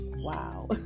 Wow